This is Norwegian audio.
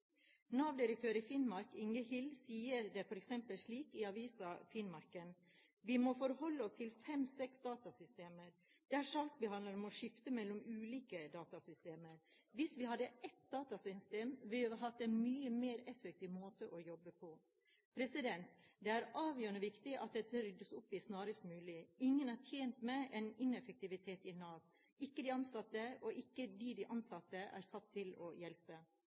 i Nav Finnmark Inge Hill, sier det f.eks. slik i avisen Finnmarken: «Vi må forholde oss til fem-seks datasystem. Der saksbehandlere må skifte mellom ulike datasystemer. Hvis vi hadde hatt et datasystem, ville vi hatt en mye mer effektiv måte å jobbe på.» Det er avgjørende viktig at dette ryddes opp i snarest mulig. Ingen er tjent med en ineffektivitet i Nav – ikke de ansatte, og ikke de som de ansatte er satt til å hjelpe.